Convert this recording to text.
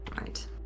Right